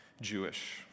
Jewish